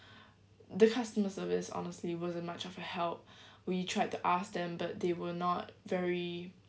the customer service honestly wasn't much of a help we tried to ask them but they were not very